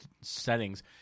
settings